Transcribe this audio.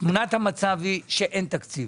היא שאין תקציב.